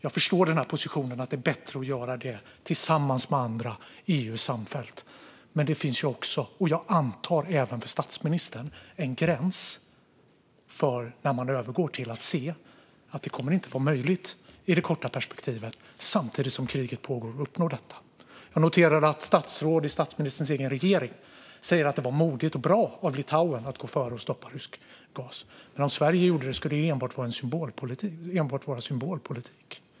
Jag förstår positionen att det är bättre att göra det tillsammans med andra, samfällt i EU, men det finns ju också - även för statsministern, antar jag - en gräns där man övergår till att se att det inte kommer att vara möjligt i det korta perspektivet, samtidigt som kriget pågår, att uppnå detta. Jag noterar att statsråd i statsministerns egen regering säger att det var modigt och bra av Litauen att gå före och stoppa rysk gas - men om Sverige gjorde det skulle det enbart vara symbolpolitik.